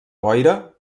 boira